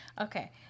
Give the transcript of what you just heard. Okay